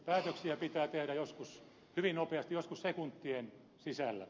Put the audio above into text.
päätöksiä pitää tehdä joskus hyvin nopeasti joskus sekuntien sisällä